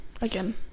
Again